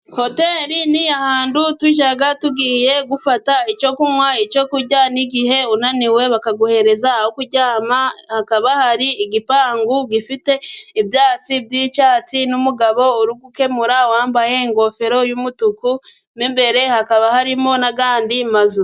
Hoteli ni ahantu tujya tugiye gufata icyo kunywa n'icyo kurya, n'igihe unaniwe bakaguha aho kuryama. Hakaba hari igipangu gifite ibyatsi by'icyatsi , n'umugabo uri gukemura, wambaye ingofero y'umutuku, imbere hakaba harimo n'andi mazu.